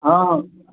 हँ हँ